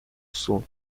sul